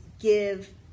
give